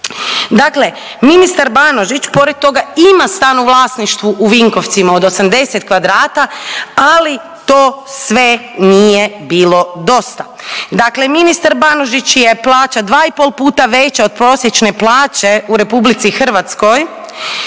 Dakle, ministar Banožić pored toga ima stan u vlasništvu u Vinkovcima od 80 kvadrata, ali to sve nije bilo dosta. Dakle, ministar Banožić je plaća dva i pol puta veća od prosječne plaće u RH, on